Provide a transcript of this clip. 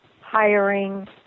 hiring